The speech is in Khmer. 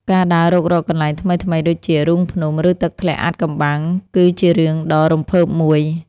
ការដើររុករកកន្លែងថ្មីៗដូចជា រូងភ្នំ ឬទឹកធ្លាក់អាថ៌កំបាំង គឺជារឿងដ៏រំភើបមួយ។